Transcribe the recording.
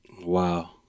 Wow